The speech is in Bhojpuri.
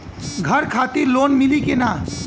घर खातिर लोन मिली कि ना?